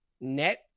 net